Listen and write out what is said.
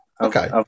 Okay